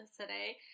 today